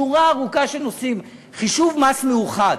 שורה ארוכה של נושאים: חישוב מס מאוחד,